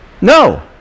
no